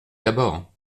d’abord